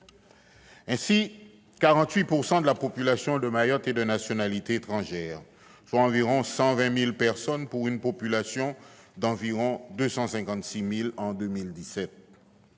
Ainsi, 48 % de la population de Mayotte est de nationalité étrangère, soit 120 000 personnes pour une population d'environ 256 000